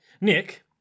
Nick